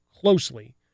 closely